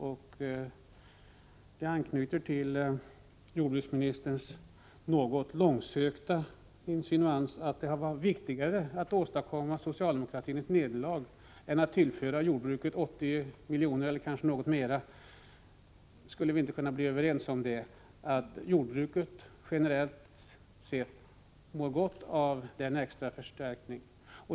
Det är detta som ligger bakom jordbruksministerns något långsökta insinuans om att det har varit viktigare att åsamka socialdemokratin ett nederlag än att tillföra jordbruket 80 miljoner, eller kanske något mera. Skulle vi inte kunna bli överens om att jordbruket generellt mår gott av denna extraförstärkning?